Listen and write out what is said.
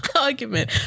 argument